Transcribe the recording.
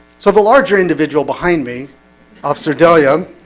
so the larger individual behind me officer delia